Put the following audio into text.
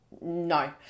No